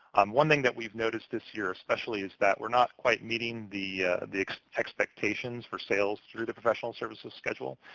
um one thing that we've noticed this year especially is that we're not quite meeting the the expectations for sales through the professional services schedule.